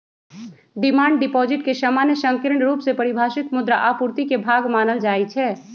demand deposit के सामान्य संकीर्ण रुप से परिभाषित मुद्रा आपूर्ति के भाग मानल जाइ छै